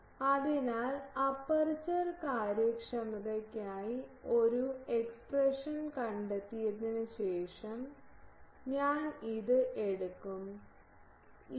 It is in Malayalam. അതിനാൽ അപ്പർച്ചർ കാര്യക്ഷമതയ്ക്കായി ഒരു എക്സ്പ്രഷൻ കണ്ടെത്തിയതിനുശേഷം ഞാൻ ഇത് എടുക്കും ηA